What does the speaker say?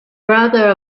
brother